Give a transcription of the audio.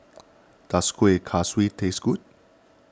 does Kueh Kaswi taste good